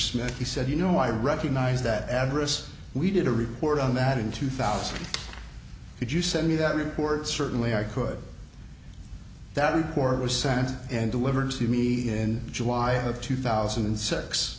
smith he said you know i recognize that avarice we did a report on that in two thousand did you send me that report certainly i could that record was sent and delivered to me in july of two thousand and six